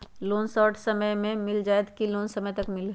Loan short समय मे मिल जाएत कि लोन समय तक मिली?